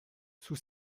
sous